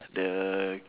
the